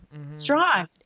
strong